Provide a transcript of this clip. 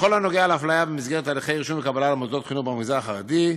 בכל הנוגע לאפליה במסגרת הליכי רישום וקבלה למוסדות חינוך במגזר החרדי,